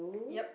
yup